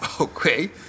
Okay